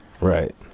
right